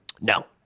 No